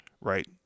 right